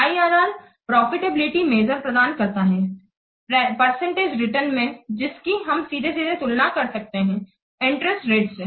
IRR profitability measure प्रदान करता है परसेंटेज रिटर्न में जिसकी हम सीधे सीधे तुलना कर सकते हैं इंटरेस्ट रेट से